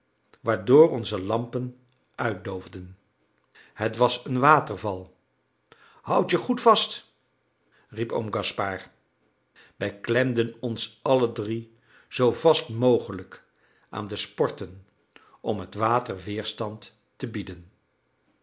waardoor onze lampen uitdoofden het was een waterval houd je goed vast riep oom gaspard wij klemden ons alle drie zoo vast mogelijk aan de sporten om het water weerstand te bieden